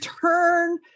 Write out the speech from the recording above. turn